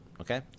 Okay